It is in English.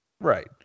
right